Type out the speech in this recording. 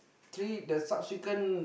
three the subsequent